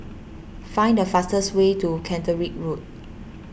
find the fastest way to Caterick Road